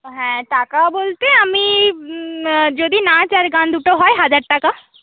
হ্যাঁ টাকা বলতে আমি যদি নাচ আর গান দুটো হয় হাজার টাকা